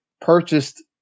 purchased